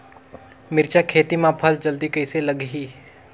मिरचा खेती मां फल जल्दी कइसे लगही?